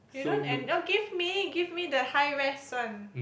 you don't and give me give me the high res one